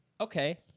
Okay